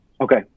Okay